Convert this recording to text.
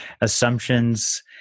assumptions